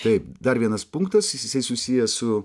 taip dar vienas punktas jisai susijęs su